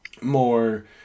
more